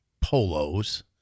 polos